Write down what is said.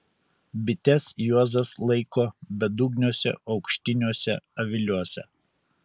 bites juozas laiko bedugniuose aukštiniuose aviliuose